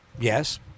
yes